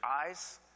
eyes